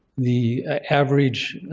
the average